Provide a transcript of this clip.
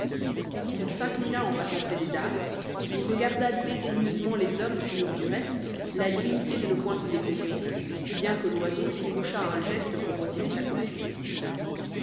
il s'inclina en passant près des dames et regarda dédaigneusement les hommes qui eurent du reste la dignité de ne point se découvrir bien que loiseau ébauchât un geste pour retirer sa coiffure